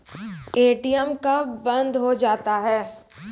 ATM कब बंद हो जाता हैं?